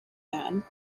man